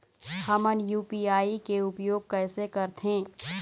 हमन यू.पी.आई के उपयोग कैसे करथें?